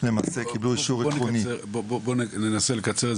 קיבלו אישור עקרוני --- בוא ננסה לקצר את